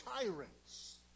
tyrants